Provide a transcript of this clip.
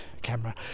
camera